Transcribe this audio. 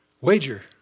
Wager